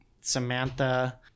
samantha